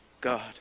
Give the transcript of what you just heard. God